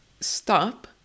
stop